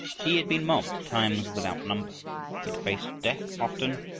he had been mobbed times without number. he had faced death often,